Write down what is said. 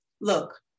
Look